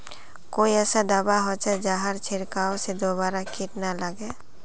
कोई ऐसा दवा होचे जहार छीरकाओ से दोबारा किट ना लगे?